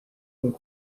ning